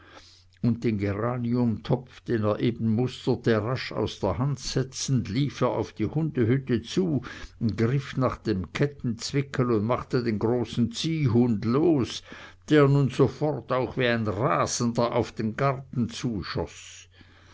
und den geraniumtopf den er eben musterte rasch aus der hand setzend lief er auf die hundehütte zu griff nach dem kettenzwickel und machte den großen ziehhund los der nun sofort auch wie ein rasender auf den garten zuschoß